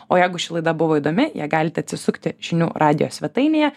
o jeigu ši laida buvo įdomi ją galite atsisukti žinių radijo svetainėje